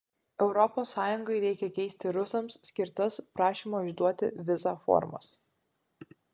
europos sąjungai reikia keisti rusams skirtas prašymo išduoti vizą formas